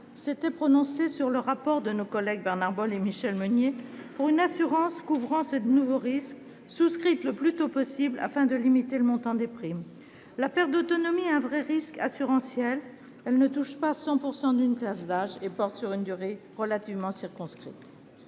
s'était prononcée, sur le rapport de nos collègues Bernard Bonne et Michelle Meunier, pour une assurance couvrant ce nouveau risque, souscrite le plus tôt possible afin de limiter le montant des primes. La perte d'autonomie est un vrai risque assurantiel, bien qu'elle ne touche pas 100 % d'une classe d'âge et qu'elle porte sur une durée relativement circonscrite.